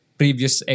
previous